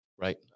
right